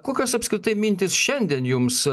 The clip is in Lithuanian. kokios apskritai mintys šiandien jums